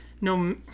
no